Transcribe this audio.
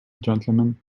gentlemen